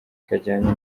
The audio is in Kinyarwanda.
kajyanye